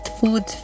food